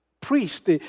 priest